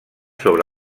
sobre